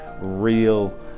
real